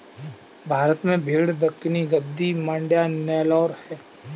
भारत में भेड़ दक्कनी, गद्दी, मांड्या, नेलोर है